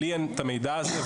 לי אין את המידע הזה,